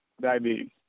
Diabetes